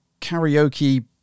karaoke